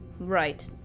Right